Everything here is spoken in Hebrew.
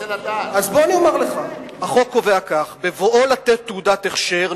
בבואו לתת תעודת הכשר,